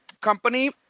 company